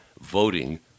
voting